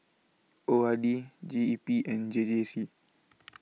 O R D G E P and J J C